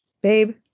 babe